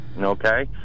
Okay